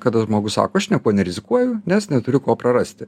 kada žmogus sako aš niekuo nerizikuoju nes neturiu ko prarasti